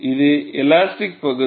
இது எலாஸ்டிக் பகுதி